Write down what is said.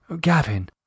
Gavin